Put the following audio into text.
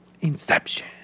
Inception